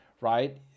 Right